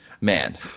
man